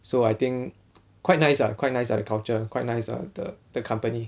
so I think quite nice ah quite nice ah the culture quite nice ah the the company